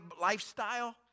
lifestyle